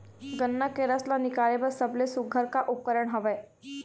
गन्ना के रस ला निकाले बर सबले सुघ्घर का उपकरण हवए?